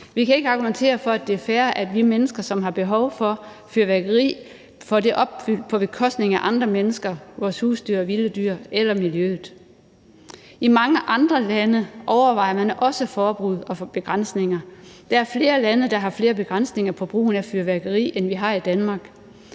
Vi kan ikke argumentere for, at det er fair, at vi mennesker, som har behov for fyrværkeri, får det behov opfyldt på bekostning af andre mennesker, vores husdyr og vilde dyr eller miljøet. I mange andre lande overvejer man også forbud og at få begrænsninger. Der er flere lande, der har flere begrænsninger på brugen af fyrværkeri, end vi har i Danmark.